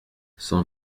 cent